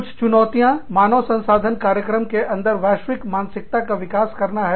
कुछ चुनौतियाँ मानव संसाधन कार्यक्रम के अंदर वैश्विक मानसिकता का विकास करना है